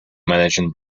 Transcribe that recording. managing